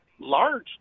large